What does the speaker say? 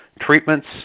treatments